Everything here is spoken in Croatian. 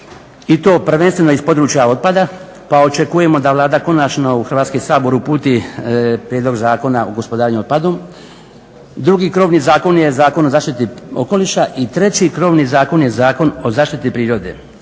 i to prvenstveno iz područja otpada, pa očekujemo da Vlada konačno u Hrvatski sabor uputi prijedlog zakona o gospodarenju otpadom. Drugi krovni zakon je Zakon o zaštiti okoliša, i treći krovini zakon je Zakon o zaštiti prirode.